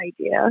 idea